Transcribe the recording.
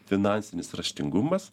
finansinis raštingumas